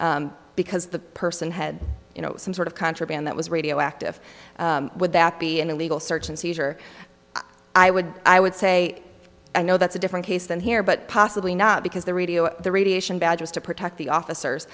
off because the person had you know some sort of contraband that was radioactive would that be an illegal search and seizure i would i would say i know that's a different case than here but possibly not because the radio the radiation badges to protect the officers